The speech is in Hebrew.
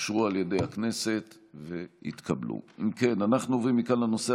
חברת הכנסת וסרמן לנדה,